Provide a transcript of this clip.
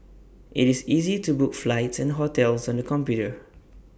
IT is easy to book flights and hotels on the computer